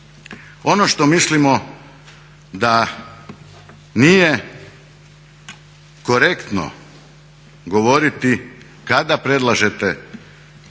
Ono što mislimo da nije korektno govoriti kada predlažete